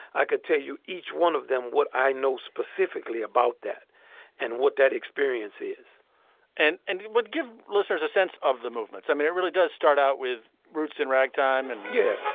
i could tell you each one of them, what i know specifically about that and what that experience is and and it would give listeners a sense of the movements i mean, it really does start out with roots in ragtime and yet